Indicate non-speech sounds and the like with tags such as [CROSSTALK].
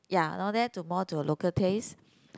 ya all that to more to a local taste [BREATH]